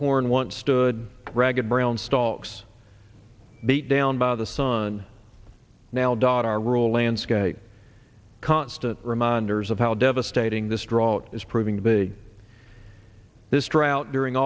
corn once stood ragged brown stalks beat down by the sun now dot our rural landscape constant reminders of how devastating this drawing is proving to be this trout during